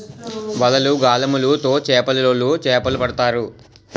వలలు, గాలములు తో చేపలోలు చేపలు పడతారు